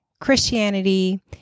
Christianity